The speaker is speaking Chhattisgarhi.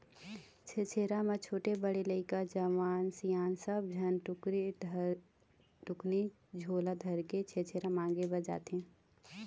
छेरछेरा म छोटे, बड़े लइका, जवान, सियान सब झन टुकनी झोला धरके छेरछेरा मांगे बर जाथें